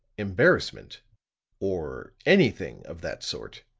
embarrassment or anything of that sort,